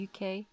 UK